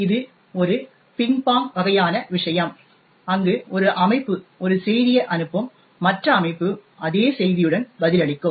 எனவே இது ஒரு பிங் பாங் வகையான விஷயம் அங்கு ஒரு அமைப்பு ஒரு செய்தியை அனுப்பும் மற்ற அமைப்பு அதே செய்தியுடன் பதிலளிக்கும்